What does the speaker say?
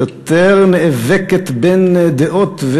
יותר נאבקת בין דעות,